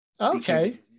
okay